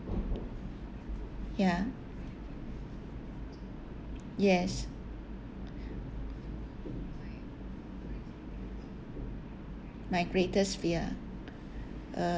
ya yes my greatest fear uh